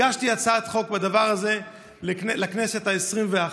הגשתי הצעת חוק על דבר זה לכנסת העשרים-ואחת,